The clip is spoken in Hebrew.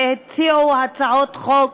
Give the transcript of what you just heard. והציעו הצעות חוק